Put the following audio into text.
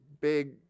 big